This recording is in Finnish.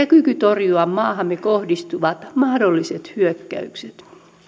kyky torjua maahamme kohdistuvat mahdolliset hyökkäykset